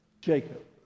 Jacob